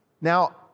Now